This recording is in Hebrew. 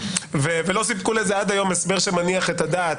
ולא סיפקו לזה עד היום הסבר שמניח את הדעת.